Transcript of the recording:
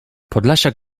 podlasiak